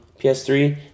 PS3